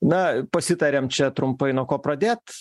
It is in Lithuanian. na pasitariam čia trumpai nuo ko pradėt